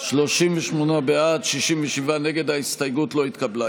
מיקי לוי וקבוצת סיעת הרשימה המשותפת לסעיף 2 לא נתקבלה.